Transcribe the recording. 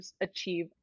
achieve